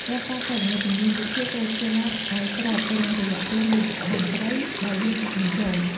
រាល់ការគណនាចំនួនរូបភាពត្រូវធ្វើឱ្យស្របទៅនឹងរយៈពេលនៃតន្ត្រីដែលចង់ដាក់បញ្ចូល។